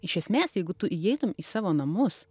iš esmės jeigu tu įeitume į savo namus